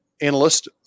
analyst